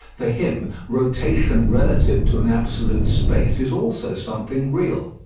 for him rotation relative to an absolute space is also something real.